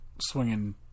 swinging